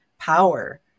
power